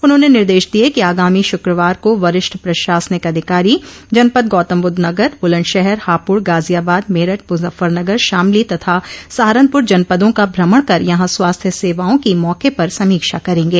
उन्होंने निर्देश दिये कि आगामी शुक्रवार को वरिष्ठ प्रशासनिक अधिकारी जनपद गौतमबद्ध नगर बुलन्दशहर हापुड़ गाजियाबाद मेरठ मुजफ्फरनगर शामली तथा सहारनपुर जनपदों का भ्रमण कर यहां स्वास्थ्य सेवाओं की मौके पर समीक्षा करेंगे